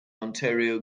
ontario